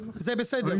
זה בסדר?